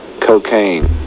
cocaine